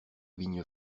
vigne